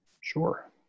Sure